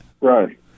Right